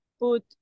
put